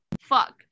fuck